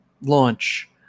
launch